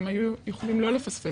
הם היו יכולים לא לפספס